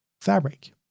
Fabric